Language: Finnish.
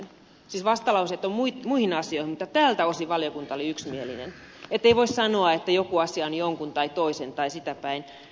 siis vastalauseita on muihin asioihin mutta tältä osin valiokunta oli yksimielinen niin ettei voi sanoa että joku asia on jonkun tai toisen tai sitä tai tätä